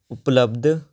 ਉਪਲੱਬਧ